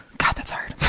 god, that's hard.